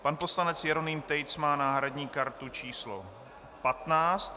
Pan poslanec Jaromír Tejc má náhradní kartu číslo 15.